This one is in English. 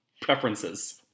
preferences